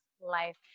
life